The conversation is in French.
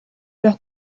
leurs